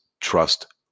Trust